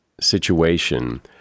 situation